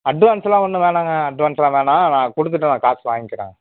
advance எல்லாம் ஒன்றும் வேணாங்க அட்வான்ஸ்லாம் வேணாம் நான் கொடுத்துட்டு நான் காசு வாங்கிக்கிறேன்